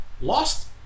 lost